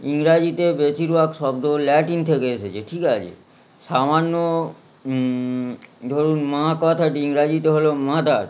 ইংরাজিতে বেশিরভাগ শব্দ ল্যাটিন থেকে এসেছে ঠিক আছে সামান্য ধরুন মা কথাটি ইংরাজিতে হল মাদার